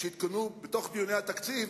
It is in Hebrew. כשהתכוננו בתוך דיוני התקציב